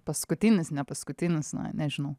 paskutinis nepaskutinis na nežinau